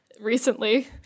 recently